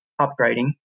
upgrading